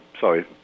sorry